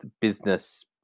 business